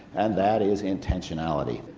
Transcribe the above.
and that is, intentionality.